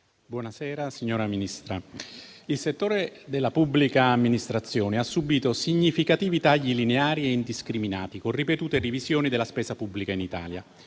Presidente, signora Ministra, il settore della pubblica amministrazione ha subito significativi tagli lineari e indiscriminati, con ripetute revisioni della spesa pubblica in Italia.